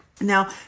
Now